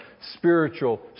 spiritual